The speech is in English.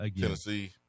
Tennessee